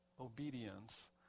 obedience